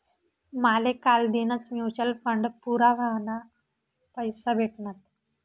माले कालदीनच mutual fund पूरा व्हवाना पैसा भेटनात